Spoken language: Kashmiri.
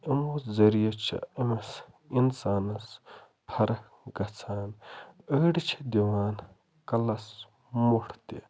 یِمو ذٔریعہ چھِ أمس اِنسانس فرق گَژھان أڑۍ چھِ دِوان کَلس مۄٹھ تہِ